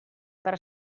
per